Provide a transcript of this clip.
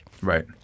Right